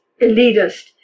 elitist